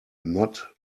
not